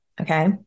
Okay